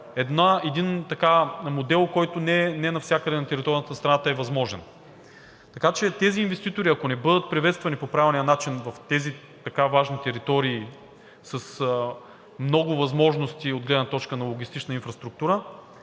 Един модел, който не навсякъде на територията на страната е възможен. Така че тези инвеститори, ако не бъдат приветствани по правилния начин в тези така важни територии с много възможности от гледна точка на логистична инфраструктура,